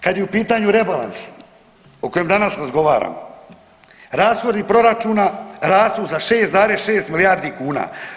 Kada je u pitanju rebalans o kojem danas razgovaramo, rashodi proračuna rastu za 6,6 milijardi kuna.